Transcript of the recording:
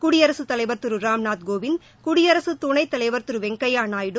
குடியரசுத்தலைவர் திரு ராம் நாத் கோவிந்த் குடியரசு துணைத்தலைவர் திரு வெங்கையா நாயுடு